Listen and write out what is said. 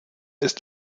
ist